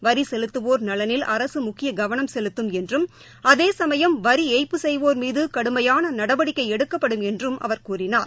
வரிசெலுத்துவோர் நலனில் அரசுமுக்கியகவனம் செலுத்தும் என்றும் அதேசமயம் வரிஏய்ப்பு செய்வோர் மீதுகடுமையானநடவடிக்கைஎடுக்கப்படும் என்றும் அவர் கூறினார்